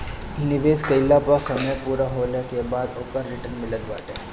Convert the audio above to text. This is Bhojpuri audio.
निवेश कईला पअ समय पूरा होखला के बाद ओकर रिटर्न मिलत बाटे